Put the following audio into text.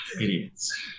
idiots